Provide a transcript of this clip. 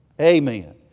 Amen